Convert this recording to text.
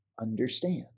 understand